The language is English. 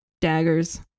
daggers